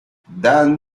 then